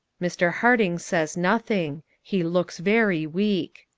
mr. harding says nothing. he looks very weak.